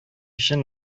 өчен